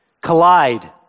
collide